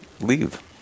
leave